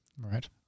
Right